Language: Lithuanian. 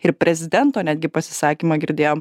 ir prezidento netgi pasisakymą girdėjom